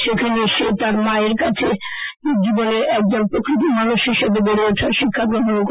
সেখানে সে তার মায়ের কাছেই জীবনে একজন প্রকৃত মানুষ হিসাবে গড়ে উঠার শিক্ষা গ্রহণ করে